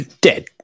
dead